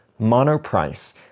Monoprice